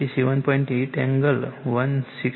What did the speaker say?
8 angle 163